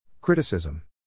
Criticism